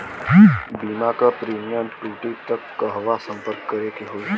बीमा क प्रीमियम टूटी त कहवा सम्पर्क करें के होई?